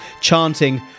Chanting